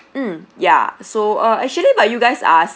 mm ya so uh actually but you guys are